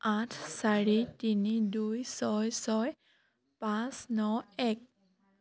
আঠ চাৰি তিনি দুই ছয় ছয় পাঁচ ন এক